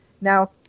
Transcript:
now